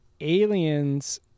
Aliens